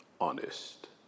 honest